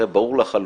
הרי ברור לחלוטין,